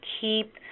keep